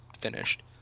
finished